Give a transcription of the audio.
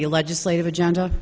the legislative agenda